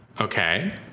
Okay